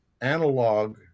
analog